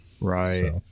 right